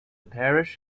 parish